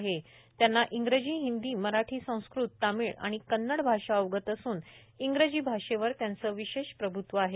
होसबळे यांना इंग्रजी हिंदी मराठी संस्कृत तामिळ आणि कन्नड भाषा अवगत असून इंग्रजी भाषेवर त्यांचे विशेष प्रभ्त्व आहे